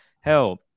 Hell